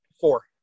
Four